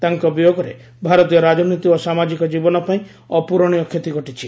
ତାଙ୍କ ବିୟୋଗରେ ଭାରତୀୟ ରାଜନୀତି ଓ ସମାାଜିକ ଜୀବନ ପାଇଁ ଅପ୍ରରଣୀୟ କ୍ଷତି ଘଟିଛି